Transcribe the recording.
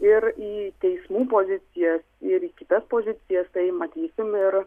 ir į teismų pozicijas ir į kitas pozicijas tai matysim ir